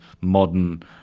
modern